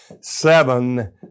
seven